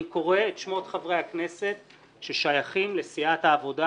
אני קורא את שמות חברי הכנסת ששייכים לסיעת העבודה,